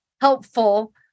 helpful